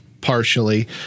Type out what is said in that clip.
partially